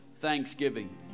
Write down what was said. Thanksgiving